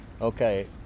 okay